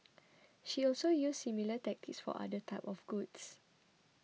she also used similar tactics for other types of goods